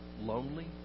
lonely